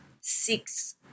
six